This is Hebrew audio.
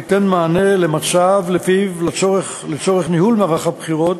ליתן מענה במצב שבו לצורך ניהול מערך הבחירות